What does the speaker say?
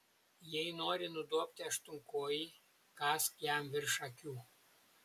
jei nori nudobti aštuonkojį kąsk jam virš akių